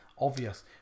obvious